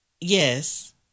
Yes